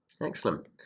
Excellent